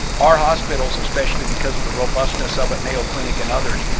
our hospitals especially because of the robustness of it, mayo clinic and others,